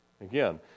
Again